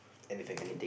anything